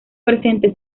presente